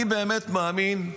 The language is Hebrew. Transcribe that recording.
אני באמת מאמין,